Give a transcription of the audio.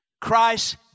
Christ